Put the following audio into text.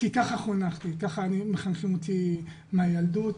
ככה חונכתי, ככה חינכו אותו מהילדות.